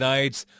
Nights